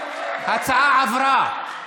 ההצעה עברה.